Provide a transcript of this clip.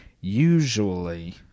usually